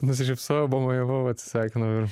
nusišypsojau pamojavau atsisveikinau ir